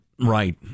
Right